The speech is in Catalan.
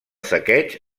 saqueig